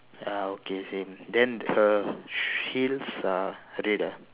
uh okay same then her sh~ heels are red ah